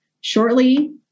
Shortly